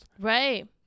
Right